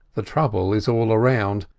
the trouble is all around,